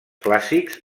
clàssics